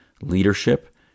leadership